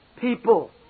people